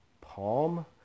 Palm